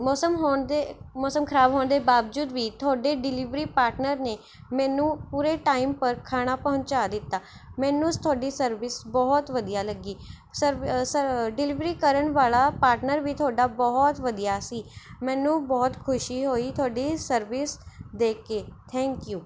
ਮੌਸਮ ਹੋਣ ਦੇ ਮੌਸਮ ਖਰਾਬ ਹੋਣ ਦੇ ਬਾਵਜੂਦ ਵੀ ਤੁਹਾਡੇ ਡਿਲੀਵਰੀ ਪਾਰਟਨਰ ਨੇ ਮੈਨੂੰ ਪੂਰੇ ਟਾਈਮ ਪਰ ਖਾਣਾ ਪਹੁੰਚਾ ਦਿੱਤਾ ਮੈਨੂੰ ਤੁਹਾਡੀ ਸਰਵਿਸ ਬਹੁਤ ਵਧੀਆ ਲੱਗੀ ਸਰਵ ਸਰ ਡਿਲੀਵਰੀ ਕਰਨ ਵਾਲ਼ਾ ਪਾਰਟਨਰ ਵੀ ਤੁਹਾਡਾ ਬਹੁਤ ਵਧੀਆ ਸੀ ਮੈਨੂੰ ਬਹੁਤ ਖੁਸ਼ੀ ਹੋਈ ਤੁਹਾਡੀ ਸਰਵਿਸ ਦੇਖ ਕੇ ਥੈਂਕ ਯੂ